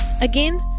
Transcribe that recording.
Again